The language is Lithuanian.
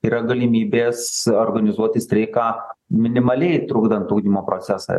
yra galimybės organizuoti streiką minimaliai trukdant ugdymo procesą